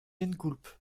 gengoulph